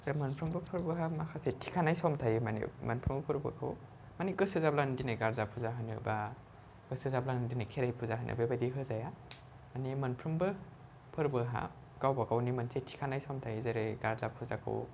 बे मोनफ्रोमबो फोरबोहा माखासे थिखानाय सम थायो माने मोनफ्रोमबो फोरबोखौ माने गोसो जाब्लानो दिनै गार्जा फुजा होनो बा गोसो जाब्लानो दिनै खेराइ फुजा होनो बेबायदि होजाया माने मोनफ्रोमबो फोरबोहा गावबा गावनि मोनसे थिखानाय सम थायो जेरै गारजा फुजाखौ